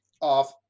off